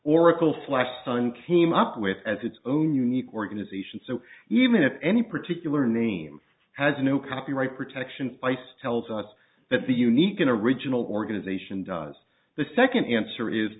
oracle flashed sun team up with as its own unique organisation so even if any particular name has a new copyright protection bites tells us that the unique and original organization does the second answer is